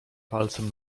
palcem